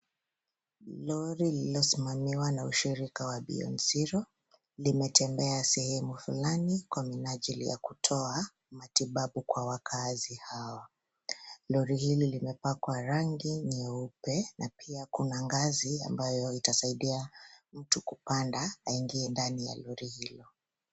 Lori lililosimamiwa na shirika wa Beyond Zero. Limetembea sehemu flani kwa minajili ya kutoa matibabu kwa wakaazi hao. Lori hili limepakwa rangi nyeupe na pia kuna ngazi ambayo itasaidia mtu kupanda aingie ndani ya lori hilo.